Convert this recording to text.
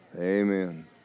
Amen